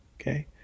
Okay